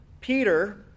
Peter